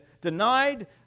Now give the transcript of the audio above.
denied